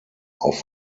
auf